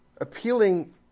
Appealing